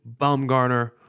Bumgarner